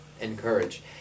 encourage